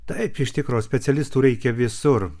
taip iš tikro specialistų reikia visur